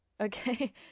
Okay